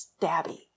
stabby